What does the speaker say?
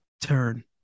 turn